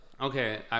Okay